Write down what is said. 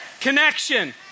Connection